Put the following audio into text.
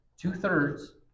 Two-thirds